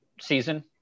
season